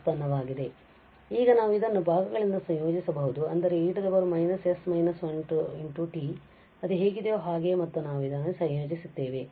ಮತ್ತು ಈಗ ನಾವು ಇದನ್ನು ಭಾಗಗಳಿಂದ ಸಂಯೋಜಿಸಬಹುದು ಅಂದರೆ e −s−1t ಅದು ಹೇಗಿದೆಯೋ ಹಾಗೆ ಮತ್ತು ನಾವು ಇದನ್ನು ಸಂಯೋಜಿಸುತ್ತೇವೆ